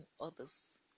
others